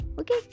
okay